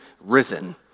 risen